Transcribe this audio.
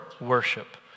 worship